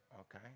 Okay